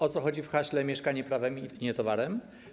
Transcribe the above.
O co chodzi w haśle: mieszkanie prawem, nie towarem?